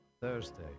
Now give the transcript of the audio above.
Thursday